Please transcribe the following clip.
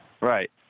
Right